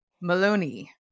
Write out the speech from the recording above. Maloney